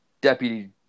Deputy